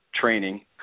training